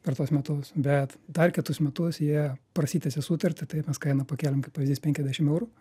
per tuos metus bet dar kitus metus jie prasitęsė sutartį taip mes kainą pakėlėm kaip pavyzdys penkiasdešim eurų